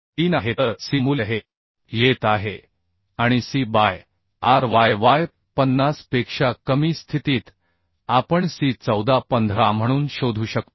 3 आहे तर C मूल्य हे येत आहे आणि C बाय ryy 50 पेक्षा कमी स्थितीत आपण सी 14 15 म्हणून शोधू शकतो